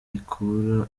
ikora